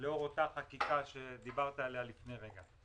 לאור אותה חקיקה שדיברת עליה לפני רגע.